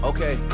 Okay